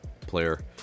player